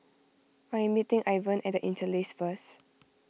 I am meeting Ivan at the Interlace first